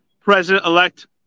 president-elect